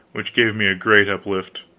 which gave me a great uplift.